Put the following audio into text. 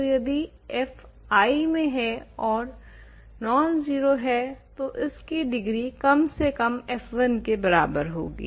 तो यदि f I में है ओर नॉन जीरो है तो इसकी डिग्री कम से कम f1 के बराबर होगी